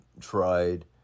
tried